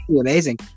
amazing